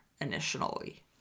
initially